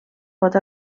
pot